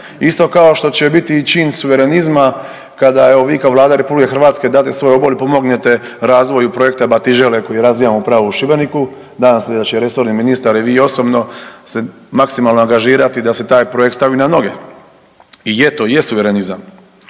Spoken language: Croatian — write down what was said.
Isto kao što će biti i čin suverenizma kada evo vi kao Vlada RH date svoj obol i pomognete razvoju Projekta Batižele koji razvijamo upravo u Šibeniku. Nadam se da će resorni ministar i vi osobno se maksimalno angažirati da se taj projekt stavi na noge. I je to, to je suverenizam.